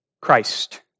Christ